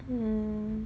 mm